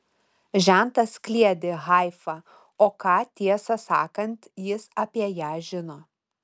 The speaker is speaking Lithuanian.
žentas kliedi haifa o ką tiesą sakant jis apie ją žino